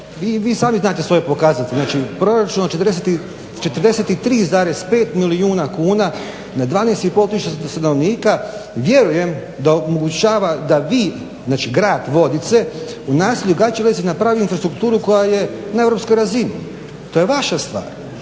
vi sami znate svoje pokazatelje, znači proračun od 43,5 milijuna kuna na 12,5 tisuća stanovnika vjerujem da omogućava da vi, znači grad Vodice u naselju Gaćelezi napravio infrastrukturu koja je na europskoj razini. To je vaša stvar,